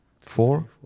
four